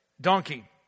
donkey